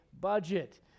budget